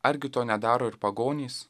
argi to nedaro ir pagonys